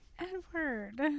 Edward